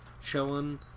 chilling